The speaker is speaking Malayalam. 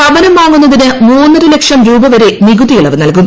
ഭവനം വാങ്ങുന്നതിന് മൂന്നരലക്ഷം രൂപ വരെ നികുതി ഇളവ് നൽകും